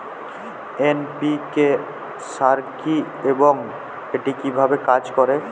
NPK সার কি এবং এটি কিভাবে কাজ করে?